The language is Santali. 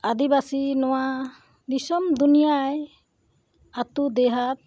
ᱟᱹᱫᱤᱵᱟᱹᱥᱤ ᱱᱚᱣᱟ ᱫᱤᱥᱚᱢ ᱫᱩᱱᱤᱭᱟᱹᱭ ᱟᱛᱳ ᱰᱤᱦᱟᱹᱛ